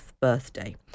birthday